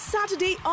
Saturday